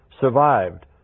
survived